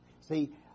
See